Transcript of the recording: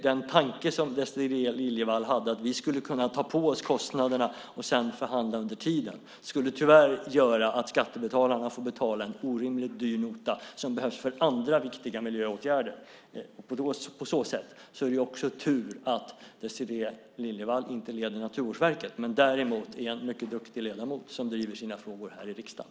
Den tanke som Désirée Liljevall hade, att vi skulle kunna ta på oss kostnaderna och sedan förhandla under tiden, skulle tyvärr göra att skattebetalarna får betala en orimligt dyr nota som behövs för andra viktiga miljöåtgärder. På så sätt är det också tur att Désirée Liljevall inte leder Naturvårdsverket men däremot är en mycket duktig ledamot som driver sina frågor här i riksdagen.